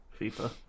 FIFA